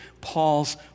Paul's